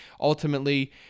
ultimately